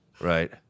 Right